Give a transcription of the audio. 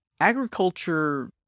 Agriculture